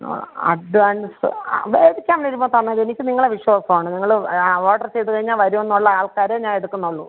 ആ അഡ്വാൻസ് അ മേടിക്കാൻ വരുമ്പോൾ തന്നാൽ മതി എനിക്ക് നിങ്ങളെ വിശ്വാസമാണ് നിങ്ങൾ ആ ഓർഡർ ചെയ്ത് കഴിഞ്ഞാൽ വരുമെന്നുള്ള ആൾക്കാരേ ഞാൻ എടുക്കുന്നുള്ളൂ